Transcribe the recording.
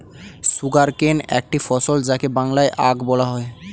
sugarcane একটি ফসল যাকে বাংলায় আখ বলা হয়